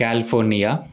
California